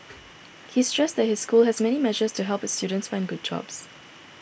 he stressed that his school has many measures to help its students find good jobs